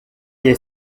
est